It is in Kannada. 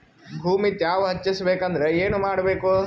ಭೂಮಿ ತ್ಯಾವ ಹೆಚ್ಚೆಸಬೇಕಂದ್ರ ಏನು ಮಾಡ್ಬೇಕು?